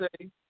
say